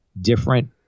different